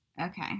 Okay